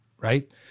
right